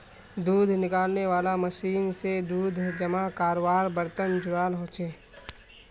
दूध निकालनेवाला मशीन से दूध जमा कारवार बर्तन जुराल होचे